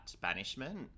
banishment